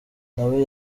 nawe